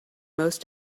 most